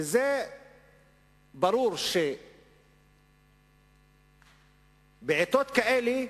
ברור שבעתות כאלה,